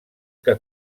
que